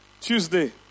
Tuesday